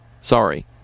Sorry